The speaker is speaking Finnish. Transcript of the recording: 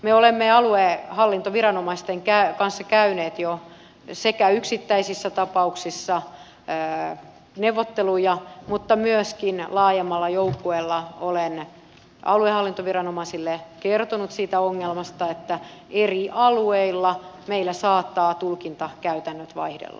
me olemme aluehallintoviranomaisten kanssa käyneet jo sekä yksittäisissä tapauksissa neuvotteluja mutta myöskin laajemmalla joukkueella olen aluehallintoviranomaisille kertonut siitä ongelmasta että eri alueilla meillä saattavat tulkintakäytännöt vaihdella